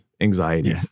anxiety